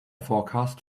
forecast